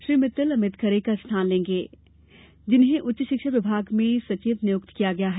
श्री मित्तल अमित खरे का स्थान लेंगे जिन्हें उच्च शिक्षा विभाग में सचिव नियुक्त किया गया है